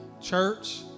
Church